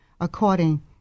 according